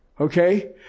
Okay